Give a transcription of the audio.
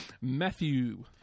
Matthew